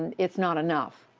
and it's not enough.